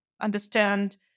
understand